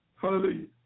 Hallelujah